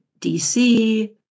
DC